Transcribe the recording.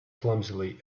clumsily